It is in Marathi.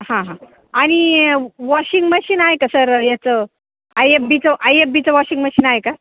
हां हां आणि वॉशिंग मशीन आहे का सर याचं आय एफ बीचं आय एफ बीचं वॉशिंग मशीन आहे का